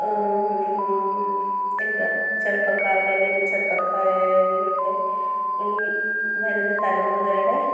എന്താ ചെറുപ്പക്കാരുടെ അല്ലെങ്കിൽ ചെറുപ്പക്കാരികളുടെ അല്ലേൽ ഈ വരുന്ന തലമുറയുടെ